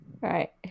Right